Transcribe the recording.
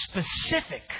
specific